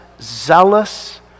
zealous